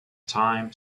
time